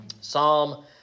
Psalm